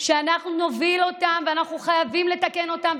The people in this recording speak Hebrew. ואנחנו נוביל אותם ואנחנו חייבים לתקן אותם,